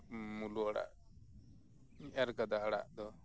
ᱢᱩᱞᱟᱹ ᱟᱲᱟᱜ ᱮᱨ ᱟᱠᱟᱫᱟ ᱟᱲᱟᱜ ᱫᱚ